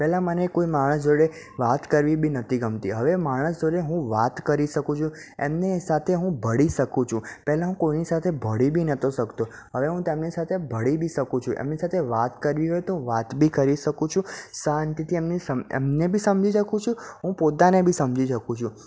પહેલાં મને કોઈ માણસ જોડે વાત કરવી બી નહોતી ગમતી હવે માણસ જોડે હું વાત કરી શકું છું એમની સાથે હું ભળી શકું છું પહેલાં હું કોઇની સાથે ભળી બી નહોતો શકતો હવે હું તેમની સાથે ભળી બી શકું છું એમની સાથે વાત કરવી હોય તો વાત બી કરી શકું છું શાંતિથી એમની એમને બી સમજી શકું છું હું પોતાને બી સમજી શકું છું